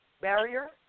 barrier